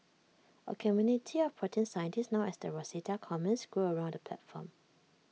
A community of protein scientists known as the Rosetta Commons grew around the platform